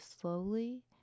slowly